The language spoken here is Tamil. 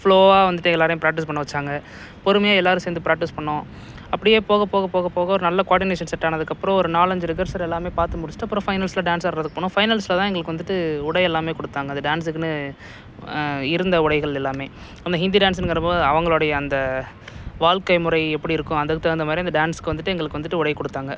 ஃப்லோவாக வந்துட்டு எல்லாேரையும் ப்ராக்டிஸ் பண்ண வைச்சாங்க பொறுமையாக எல்லாேரும் சேர்ந்து ப்ராக்டிஸ் பண்ணிணோம் அப்படியே போக போக போக போக ஒரு நல்ல குவாடினேஷன் செட் ஆனதுக்கப்புறம் ஒரு நாலஞ்சு ரிகர்சல் எல்லாமே பார்த்து முடிச்சுட்டு அப்புறம் பைனல்ஸில் டான்ஸ் ஆடுறதுக்கு போனோம் பைனல்ஸில் தான் எங்களுக்கு வந்துட்டு உடை எல்லாமே கொடுத்தாங்க அது டான்ஸ்குனு இருந்த உடைகள் எல்லாமே அந்த ஹிந்தி டான்ஸுன்னுங்கிறப்போ அவர்களோடைய அந்த வாழ்க்கை முறை எப்படி இருக்கும் அது அதுக்கு தகுந்த மாதிரி அந்த டான்ஸ்க்கு வந்துட்டு எங்களுக்கு வந்துட்டு உடை கொடுத்தாங்க